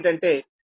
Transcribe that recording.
u